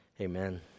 Amen